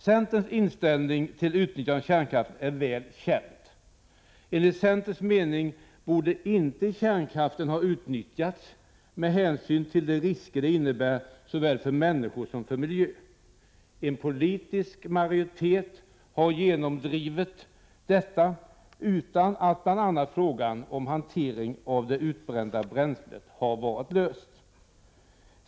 Centerns inställning till utnyttjande av kärnkraften är väl känd. Enligt centerns mening borde kärnkraften inte ha utnyttjats, med tanke på de risker den innebär för såväl människor som miljö. En politisk majoritet har genomdrivit beslutet utan att bl.a. frågan om hanteringen av det utbrända kärnbränslet har blivit löst.